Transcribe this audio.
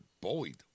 bullied